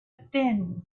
thin